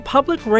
Public